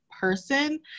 person